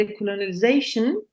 decolonization